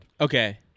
Okay